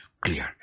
clear